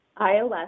iOS